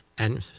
and